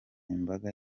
imbaga